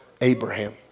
Abraham